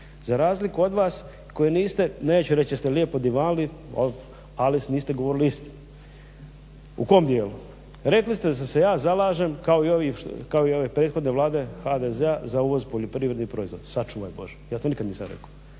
Za razliku od vas koji niste, neću reći da ste lijepo divanili, ali niste govorili istinu. U kom dijelu? Rekli ste da se ja zalažem kako i ovi što, kako i ove prethodne Vlade HDZ-a za uvoz poljoprivrednih proizvoda, sačuvaj Bože ja to nikad nisam rekao.